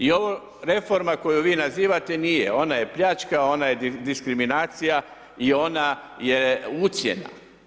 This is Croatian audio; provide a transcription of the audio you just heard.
I ova reforma, koju vi nazivate, nije, ona je pljačka, ona je diskriminacija i ona je ucjena.